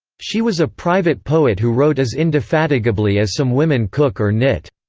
she was a private poet who wrote as indefatigably as some women cook or knit.